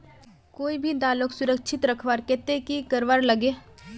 कोई भी दालोक सुरक्षित रखवार केते की करवार लगे?